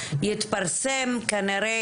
יתפרסם כנראה,